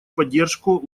поддержку